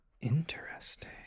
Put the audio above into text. interesting